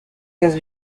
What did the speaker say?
case